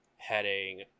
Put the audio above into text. heading